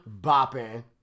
bopping